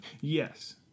yes